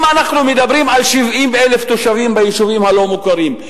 אם אנחנו מדברים על 70,000 תושבים ביישובים הלא-מוכרים,